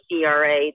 CRA